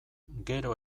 gero